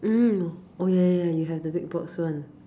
mm oh ya ya you have the Big-Box one